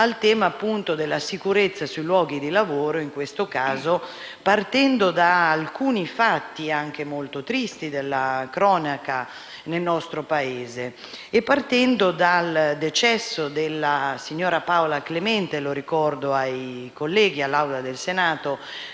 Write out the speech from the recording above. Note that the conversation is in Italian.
al tema della sicurezza sui luoghi di lavoro, in questo caso partendo da alcuni fatti, anche molto tristi, della cronaca del nostro Paese, a partire dal decesso della signora Paola Clemente - lo ricordo ai colleghi all'Assemblea del Senato